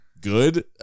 good